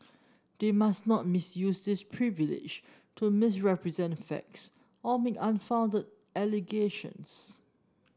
they must not misuse this privilege to misrepresent facts or make unfounded allegations